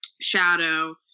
shadow